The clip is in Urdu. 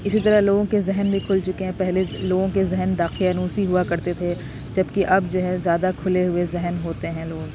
اسی طرح لوگوں کے ذہن بھی کھل چکے ہیں پہلے لوگوں کے ذہن دقیانوسی ہوا کرتے تھے جبکہ اب جو ہے زیادہ کھلے ہوئے ذہن ہوتے ہیں لوگوں کے